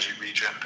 region